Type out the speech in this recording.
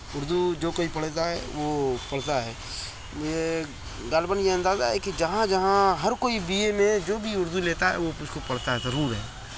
اردو جو کوئی پڑھتا ہے وہ پڑھتا ہے یہ غالباً یہ اندازہ ہے کہ جہاں جہاں ہر کوئی بی اے میں جو بھی اردو لیتا ہے وہ اس کو پڑھتا ضرور ہے